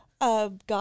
God